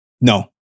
no